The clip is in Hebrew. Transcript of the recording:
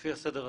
לפי הסדר הזה.